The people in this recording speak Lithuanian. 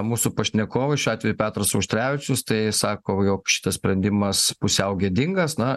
mūsų pašnekovas šiuo atveju petras auštrevičius tai sako jog šitas sprendimas pusiau gėdingas na